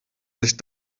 sich